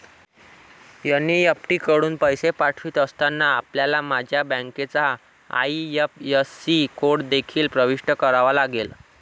NEFT कडून पैसे पाठवित असताना, आपल्याला माझ्या बँकेचा आई.एफ.एस.सी कोड देखील प्रविष्ट करावा लागेल